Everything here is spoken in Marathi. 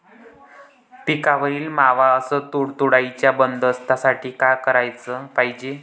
पिकावरील मावा अस तुडतुड्याइच्या बंदोबस्तासाठी का कराच पायजे?